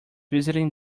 visiting